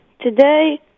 Today